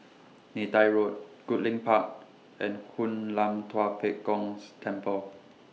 Neythai Road Goodlink Park and Hoon Lam Tua Pek Kong's Temple